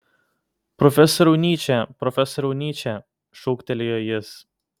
profesoriau nyče profesoriau nyče šūktelėjo jis